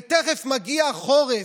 ותכף מגיע החורף.